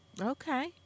Okay